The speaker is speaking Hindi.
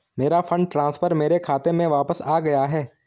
मेरा फंड ट्रांसफर मेरे खाते में वापस आ गया है